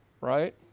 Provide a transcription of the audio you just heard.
right